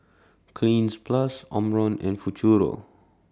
Cleanz Plus Omron and Futuro